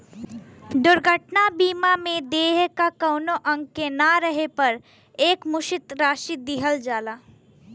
दुर्घटना बीमा में देह क कउनो अंग के न रहे पर एकमुश्त राशि दिहल जाला